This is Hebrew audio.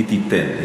היא תיתן.